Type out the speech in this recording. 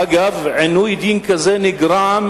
אגב, עינוי דין כזה נגרם